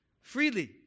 freely